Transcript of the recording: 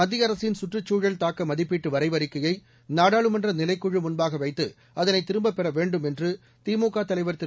மத்திய அரசின் சுற்றுச் சூழல் தாக்க மதிப்பீட்டு வரைவு அழிவிக்கையை நாடாளுமன்ற நிலைக்குழு முன்பாக வைத்து அதனை திரும்பப் பெற வேண்டும் என்று திமுக தலைவர் திரு